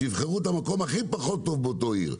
שיבחרו את המקום הכי פחות טוב בעיר,